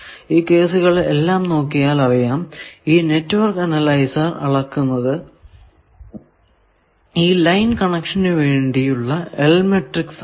ഈ കേസുകൾ എല്ലാം നോക്കിയാൽ അറിയാം ഈ നെറ്റ്വർക്ക് അനലൈസർ അളക്കുന്നത് ഈ ലൈൻ കണക്ഷന് വേണ്ടിയുള്ള L മാട്രിക്സ് ആണ്